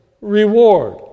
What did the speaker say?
reward